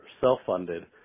self-funded